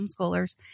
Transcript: homeschoolers